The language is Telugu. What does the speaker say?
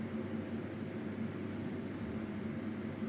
వేరుసెనగ ఉత్పత్తి తక్కువ వలన మార్కెట్లో వేరుసెనగ ధరపై ప్రభావం ఎలా ఉంటుంది?